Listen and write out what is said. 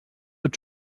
ets